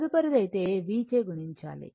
తదుపరిది అయితే V చే గుణించాలి